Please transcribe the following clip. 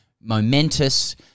momentous